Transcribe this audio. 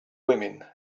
women